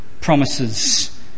promises